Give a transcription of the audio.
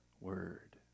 word